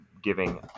giving